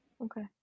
Okay